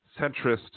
centrist –